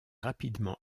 rapidement